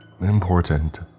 Important